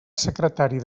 secretari